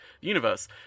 universe